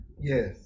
Yes